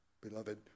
Beloved